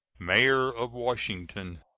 mayor of washington.